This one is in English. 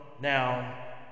now